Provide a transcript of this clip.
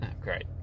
great